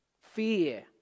fear